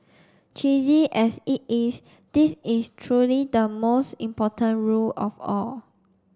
cheesy as it is this is truly the most important rule of all